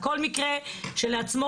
כל מקרה שלעצמו,